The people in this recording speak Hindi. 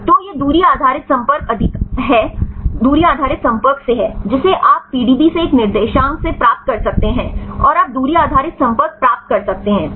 तो यह दूरी आधारित संपर्क अधिकार से है जिसे आप पीडीबी से एक निर्देशांक से प्राप्त कर सकते हैं और आप दूरी आधारित संपर्क प्राप्त कर सकते हैं